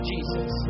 Jesus